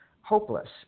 hopeless